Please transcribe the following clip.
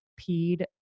peed